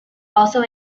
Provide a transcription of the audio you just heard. also